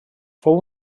fou